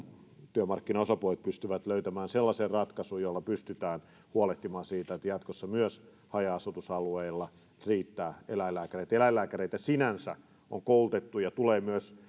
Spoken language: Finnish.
työmarkkinaosapuolet pystyvät löytämään sellaisen ratkaisun jolla pystytään huolehtimaan siitä että jatkossa myös haja asutusalueilla riittää eläinlääkäreitä eläinlääkäreitä sinänsä on koulutettu ja heitä tulee myös